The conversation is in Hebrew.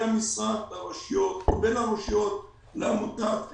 המשרד לרשויות ובין הרשויות לעמותת אקואושן,